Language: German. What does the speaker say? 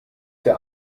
der